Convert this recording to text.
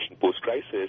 post-crisis